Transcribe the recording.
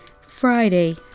Friday